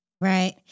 Right